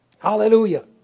Hallelujah